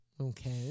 Okay